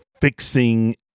fixing